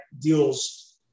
deals